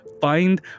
Find